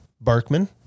Barkman